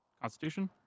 Constitution